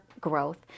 growth